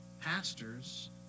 pastors